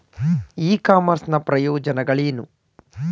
E commerce ನ ಪ್ರಯೋಜನಗಳೇನು?